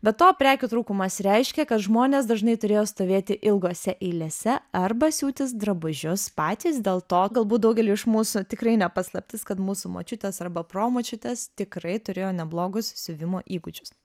be to prekių trūkumas reiškė kad žmonės dažnai turėjo stovėti ilgose eilėse arba siūtis drabužius patys dėl to galbūt daugeliui iš mūsų tikrai ne paslaptis kad mūsų močiutės arba promočiutės tikrai turėjo neblogus siuvimo įgūdžius